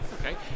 Okay